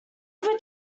over